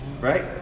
Right